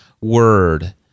word